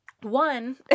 One